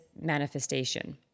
manifestation